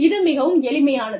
இது மிகவும் எளிமையானது